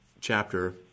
chapter